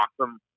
awesome